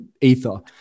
ether